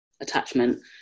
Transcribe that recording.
attachment